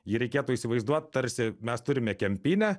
jį reikėtų įsivaizduot tarsi mes turime kempinę